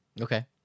okay